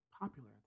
popular